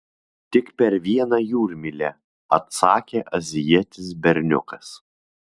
tik per vieną jūrmylę atsakė azijietis berniukas